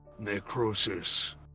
Necrosis